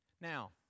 Now